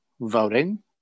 voting